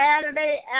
Saturday